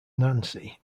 nancy